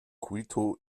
quito